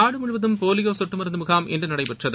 நாடு முழுவதும் போலியோ சொட்டு மருந்து முகாம் இன்று நடைபெற்றது